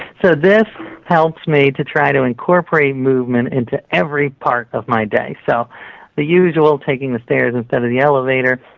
so this helps me to try to incorporate movement into every part of my day. so the usual, taking the stairs instead of the elevator,